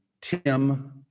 Tim